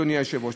אדוני היושב-ראש.